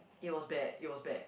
it was bad it was bad